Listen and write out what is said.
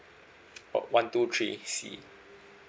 oh one two three C